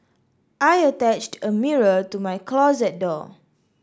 I attached a mirror to my closet door